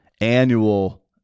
annual